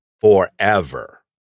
forever